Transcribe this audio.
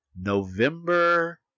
November